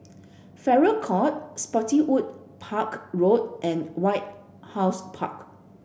Farrer Court Spottiswoode Park Road and White House Park